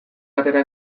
atera